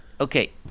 Okay